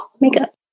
makeup